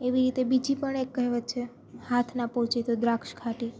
એવી રીતે બીજી પણ એક કહેવત છે હાથ ના પહોંચે તો દ્રાક્ષ ખાટી